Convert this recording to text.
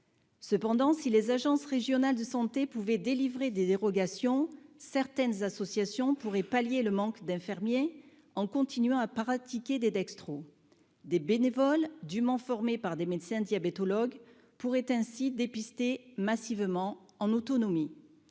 Cependant, si les agences régionales de santé pouvait délivrer des dérogations, certaines associations pourrait pallier le manque d'infirmiers en continuant à pratiquer des dextro, des bénévoles du Mans, formé par des médecins diabétologue pourrait ainsi dépister massivement en autonomie,